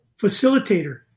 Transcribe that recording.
facilitator